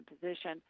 position